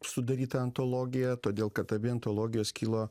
sudaryta antologija todėl kad abi antologijos kilo